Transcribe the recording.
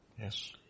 Yes